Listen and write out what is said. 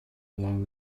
along